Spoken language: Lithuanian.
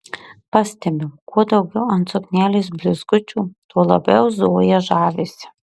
pastebiu kuo daugiau ant suknelės blizgučių tuo labiau zoja žavisi